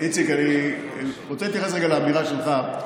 איציק, אני רוצה להתייחס רגע לאמירה שלך.